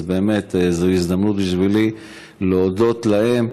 אז באמת זוהי הזדמנות בשבילי להודות להם,